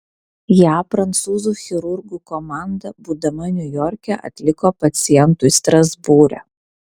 ją prancūzų chirurgų komanda būdama niujorke atliko pacientui strasbūre